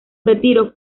retiro